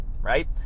right